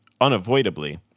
unavoidably